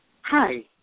Hi